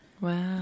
Wow